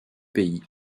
pays